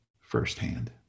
firsthand